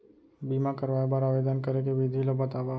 बीमा करवाय बर आवेदन करे के विधि ल बतावव?